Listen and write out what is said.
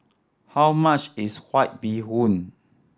how much is White Bee Hoon